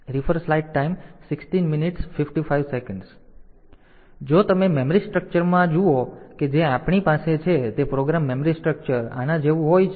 તેથી જો તમે મેમરી સ્ટ્રક્ચરમાં જુઓ કે જે આપણી પાસે છે તો પ્રોગ્રામ મેમરી સ્ટ્રક્ચર આના જેવું હોય છે